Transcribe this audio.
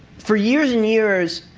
for years and years,